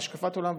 של השקפת עולם,